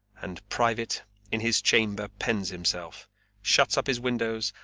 and private in his chamber pens himself shuts up his windows,